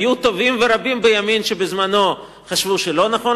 היו טובים ורבים בימין שבזמנו חשבו שלא נכון